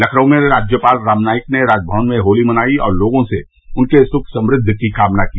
लखनऊ में राज्यपाल राम नाईक ने राजभवन में होली मनाई और लोगों से उनके सुख समृद्वि की कामना की